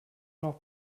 noch